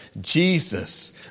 Jesus